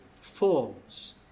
forms